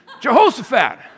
Jehoshaphat